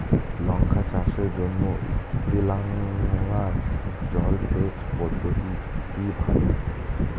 লঙ্কা চাষের জন্য স্প্রিংলার জল সেচ পদ্ধতি কি ভালো?